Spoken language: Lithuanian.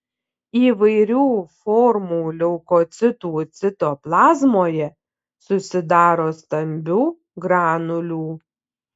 įvairių formų leukocitų citoplazmoje susidaro stambių granulių